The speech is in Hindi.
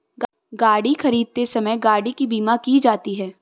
गाड़ी खरीदते समय गाड़ी की बीमा की जाती है